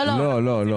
לא, לא.